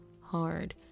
hard